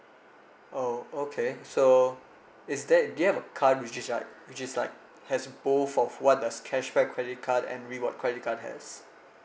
oh okay so is that do you have a card which is like which is like has both of what does cashback credit card and reward credit card has